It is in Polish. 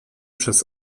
przez